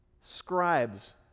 scribes